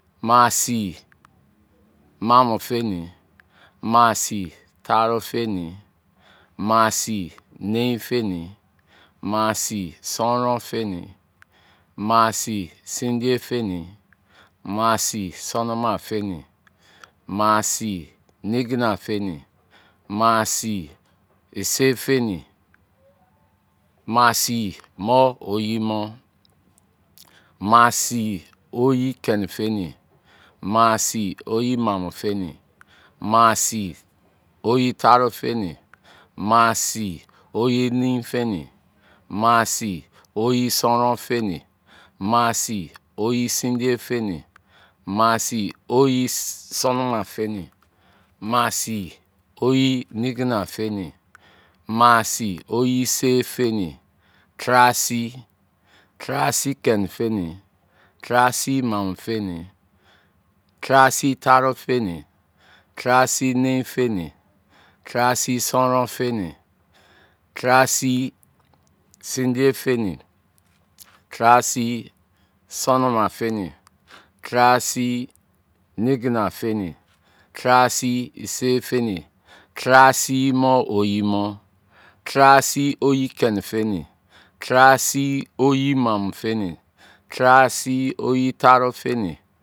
Maa sii maamọ-feni, maa sii taarọ-feni, maa sii nein-feni, maa sii sonron-feni, maa sii sindiye-feni, maa sii sonoma-feni, maa sii nigina-feni, maa sii ise-feni, maa sii mọ oyi mọ, maa sii oyi-keni-feni, maa sii oyi maamọ-feni, maa sii oyi taaro-feni, maa sii oyi nein-feni, maa sii oyi sonron-feni, maa sii oyi sindiye-feni, maa sii oyi sonoma-feni, maa sii oyi nigina-feni, maa sii oyi ise-feni, taara sii, taara sii kein-feni, taara sii maamọ-feni, taara sii taarọ-feni, taara sii nein-feni, taara sii sonron-feni. Taara sii sindiye-feni, taara sii sonoma-feni, taara sii nigina-feni, taara sii ise-feni, taara sii mọ oyi mọ, taara sii oyi kein-feni, taara sii oyi maamọ-feni, taara sii oyi taaro-feni, taara sii oyi nein-feni, taara sii oyi sonron-feni, taara sii oyi sindiye-feni, taara sii oyi sonoma-feni, taara sii oyi nigina-feni, taara sii oyi ise-feni, nein a sii